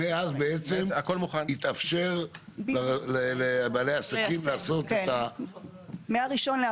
מאז התאפשר לבעלי עסקים לעשות את התהליך המקוצר.